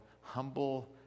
humble